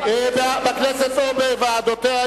בכנסת או בוועדותיה,